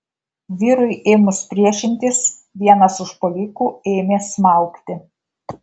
vyrui ėmus priešintis vienas užpuolikų ėmė smaugti